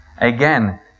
Again